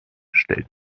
stellt